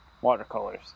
watercolors